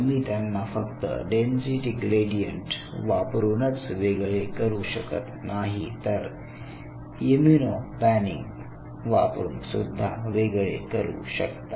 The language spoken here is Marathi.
तुम्ही त्यांना फक्त डेन्सिटी ग्रेडियंट वापरूनच वेगळे करू शकत नाही तर इम्यूनो पॅनिंग वापरून सुद्धा वेगळे करू शकता